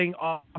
off